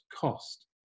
cost